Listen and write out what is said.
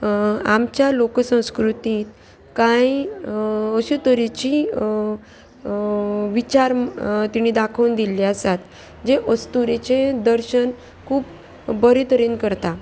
आमच्या लोक संस्कृतींत कांय अशें तरेची विचार तिणी दाखोवन दिल्ले आसात जे अस्तुरेचे दर्शन खूब बरें तरेन करता